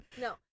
No